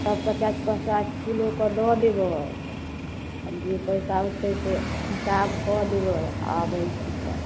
सब पचास पचास किलो कऽ दय देबै आ जे पैसा होतै से हिसाब कऽ देबै आबै छी तऽ